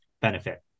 benefit